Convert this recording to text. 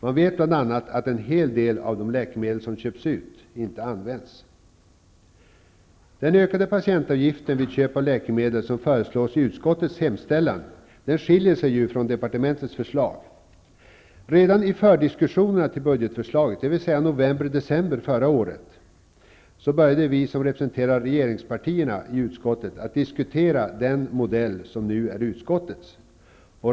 Man vet bl.a. att en hel del av de läkemedel som köps ut inte används. Den ökade patientavgift vid köp av läkemedel som föreslås i utskottets hemställan skiljer sig från departementets förslag. Redan i fördiskussionerna till budgetförslaget, dvs. under november och december förra året, började vi som representerar regeringspartierna i utskottet att diskutera den modell som nu är utskottets.